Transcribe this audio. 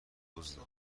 دزده